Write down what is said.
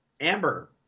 Amber